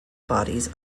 bodies